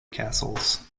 castles